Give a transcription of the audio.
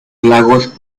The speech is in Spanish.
lagos